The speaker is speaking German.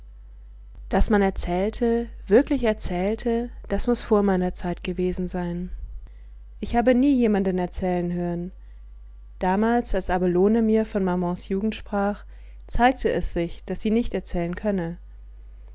daß man erzählte wirklich erzählte das muß vor meiner zeit gewesen sein ich habe nie jemanden erzählen hören damals als abelone mir von mamans jugend sprach zeigte es sich daß sie nicht erzählen könne